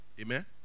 Amen